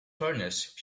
furnace